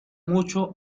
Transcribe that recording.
mucho